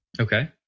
Okay